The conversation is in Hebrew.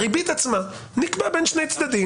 הריבית עצמה, מי יקבע בין שני צדדים?